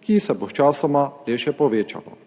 ki se bo sčasoma le še povečalo.